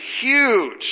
huge